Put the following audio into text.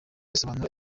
risobanura